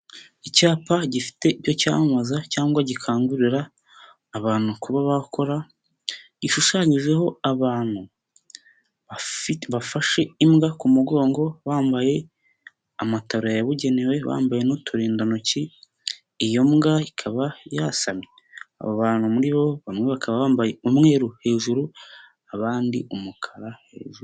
Icyapa gifite ibyo cyamamaza cyangwa gikangurira abantu kuba bakora, gishushanyijeho abantu bafashe imbwa ku mugongo, bambaye amataburiya yabugenewe, bambaye n'uturindantoki, iyo mbwa ikaba yasamye, aba bantu muri bo bamwe bakaba bambaye umweru hejuru, abandi umukara hejuru.